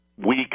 Week